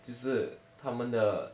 就是他们的